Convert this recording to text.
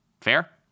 Fair